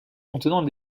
contenant